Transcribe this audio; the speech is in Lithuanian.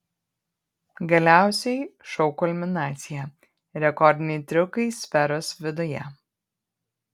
galiausiai šou kulminacija rekordiniai triukai sferos viduje